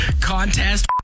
Contest